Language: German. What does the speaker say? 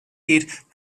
geht